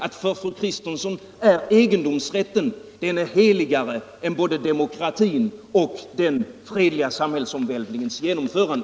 För fru Kristensson är egendomsrätten heligare än både demokratin och den fredliga samhällsomvälvningens genomförande.